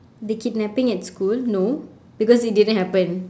the kidnapping at school no because it didn't happen